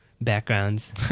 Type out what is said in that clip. backgrounds